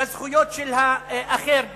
לזכויות של האחר,